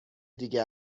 دیگه